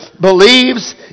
believes